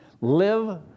Live